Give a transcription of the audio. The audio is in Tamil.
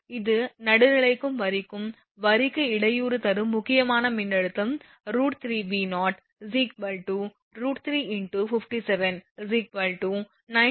இது நடுநிலைக்கும் வரிக்கும் வரிக்கு இடையூறு தரும் முக்கியமான மின்னழுத்தம் √3 V0 √3 × 57 98